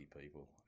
people